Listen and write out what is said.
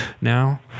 now